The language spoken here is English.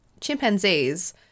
chimpanzees